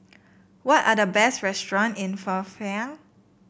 what are the best restaurant in Phnom